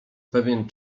pewien